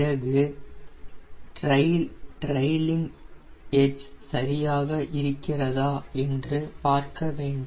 பிறகு ட்ரைலிங் எட்ஜ்சரியாக இருக்கிறதா என்று பார்க்கவேண்டும்